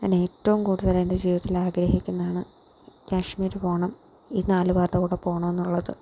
ഞാനേറ്റവും കൂടുതൽ എന്റെ ജീവിതത്തിൽ ആഗ്രഹിക്കുന്നതാണ് കാശ്മീർ പോകണം ഈ നാലു പേരുടെ കൂടെ പോകണമെന്നുള്ളത്